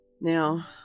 now